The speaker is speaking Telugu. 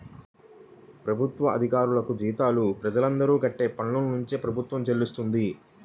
ప్రభుత్వ అధికారులకు జీతాలు ప్రజలందరూ కట్టే పన్నునుంచే ప్రభుత్వం చెల్లిస్తది